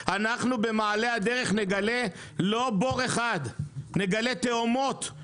במעלה הדרך, אנחנו נגלה לא בור אחד, אלא תהומות.